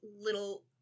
little